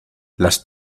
las